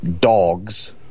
dogs